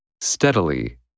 Steadily